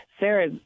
Sarah